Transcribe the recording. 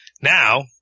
Now